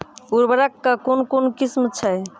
उर्वरक कऽ कून कून किस्म छै?